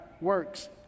works